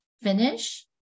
finish